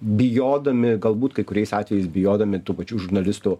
bijodami galbūt kai kuriais atvejais bijodami tų pačių žurnalistų